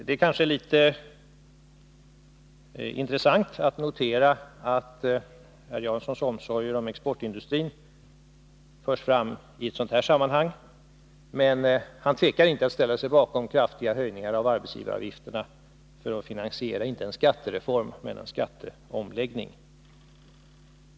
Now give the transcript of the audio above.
Det är intressant att notera att Paul Janssons omsorger om exportindustrin förs fram i detta sammanhang. Han tvekar emellertid inte att ställa sig bakom kraftiga höjningar av arbetsgivaravgifterna för att finansiera inte en skattereform men en skatteomläggning.